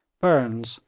burnes,